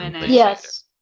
Yes